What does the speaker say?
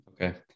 Okay